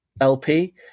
lp